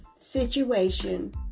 situation